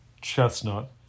chestnut